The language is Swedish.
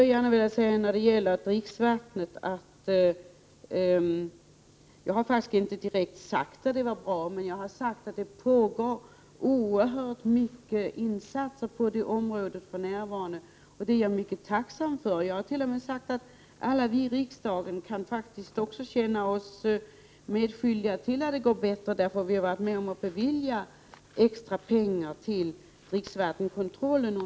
Jag har faktiskt inte direkt sagt att dricksvattnet är bra, men jag har sagt att det för närvarande pågår ett omfattande arbete på detta område, vilket jag är mycket tacksam över. Jag har t.o.m. sagt att alla vi i riksdagen kan ta åt oss äran av att det går bättre, eftersom vi under flera år varit med om att bevilja extra resurser till dricksvattenkontrollen.